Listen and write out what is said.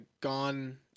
gone –